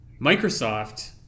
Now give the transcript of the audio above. Microsoft